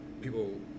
people